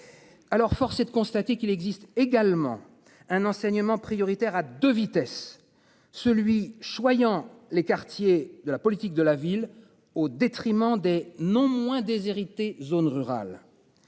Alors, force est de constater qu'il existe également un enseignement prioritaire à 2 vitesses celui soignant les quartiers de la politique de la ville au détriment des non moins déshérités zones rurales.